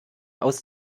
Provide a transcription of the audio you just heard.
aus